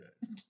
good